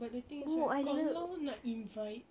but the is kalau nak invite